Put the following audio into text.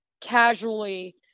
casually